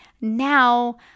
now